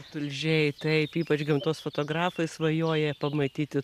tulžiai taip ypač gamtos fotografai svajoja pamatyti